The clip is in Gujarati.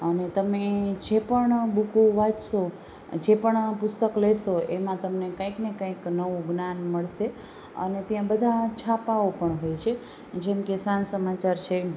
અને તમે જે પણ બુકો વાંચશો જે પણ પુસ્તક લેશો એમાં તમને કંઈક ને કંઈક નવું જ્ઞાન મળશે અને ત્યાં બધા છાપાઓ પણ હોય છે જેમ કે સાંજ સમાચાર છે